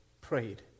prayed